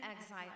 exile